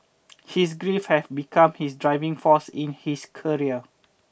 his grief had become his driving force in his career